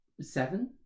seven